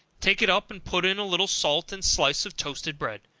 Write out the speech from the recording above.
take it up, and put in a little salt and slice of toasted bread.